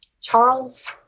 Charles